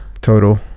total